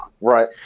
Right